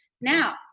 now